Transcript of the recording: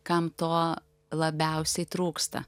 kam to labiausiai trūksta